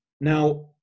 Now